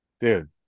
Dude